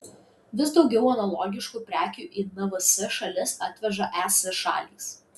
vis daugiau analogiškų prekių į nvs šalis atveža es šalys